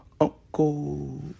Uncle